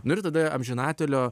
nu ir tada amžinatilio